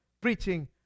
preaching